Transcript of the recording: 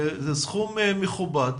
זה סכום מכובד.